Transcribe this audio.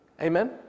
amen